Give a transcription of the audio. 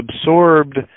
absorbed